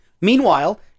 Meanwhile